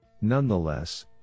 Nonetheless